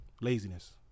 laziness